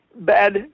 bad